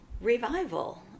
revival